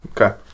Okay